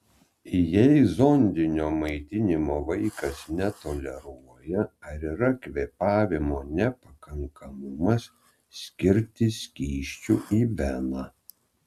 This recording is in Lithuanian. jei zondinio maitinimo vaikas netoleruoja ar yra kvėpavimo nepakankamumas skirti skysčių į veną